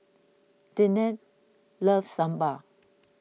Deante loves Sambar